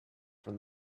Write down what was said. from